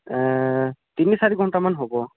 তিনি চাৰি ঘণ্টামান হ'ব